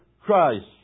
Christ